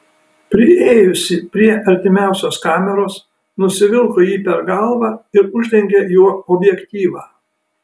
priėjusi prie artimiausios kameros nusivilko jį per galvą ir uždengė juo objektyvą